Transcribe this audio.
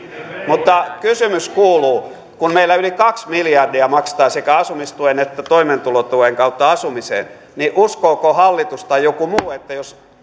mutta kysymys kuuluu kun meillä yli kaksi miljardia maksetaan sekä asumistuen että toimeentulotuen kautta asumiseen niin uskooko hallitus tai joku muu että jos